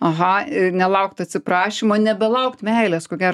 aha i nelaukt atsiprašymo nebelaukt meilės ko gero